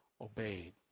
obeyed